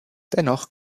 dennoch